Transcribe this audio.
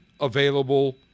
available